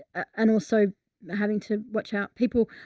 and also having to watch out people.